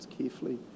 carefully